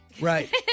Right